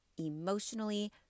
emotionally